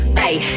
hey